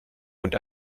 und